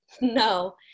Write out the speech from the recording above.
No